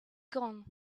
gone